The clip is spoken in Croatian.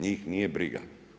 Njih nije briga.